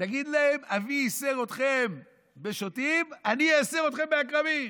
תגיד להם: "אבי יִסר אתכם בשוטים ואני איַסר אתכם בעקרבים".